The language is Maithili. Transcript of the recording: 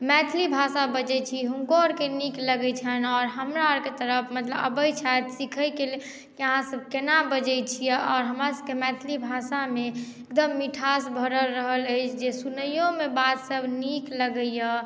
मैथिली भाषा बजै छी हुनको आर के नीक लगै छनि आओर हमरा आर के तरफ अबै छथि सिखै के लेल की अहाँ सब केना बजै छियै आओर हमरा सब के मैथिली भाषा मे एकदम मिठास भरल रहल अछि जे सुनइयोमे बात सब नीक लगैया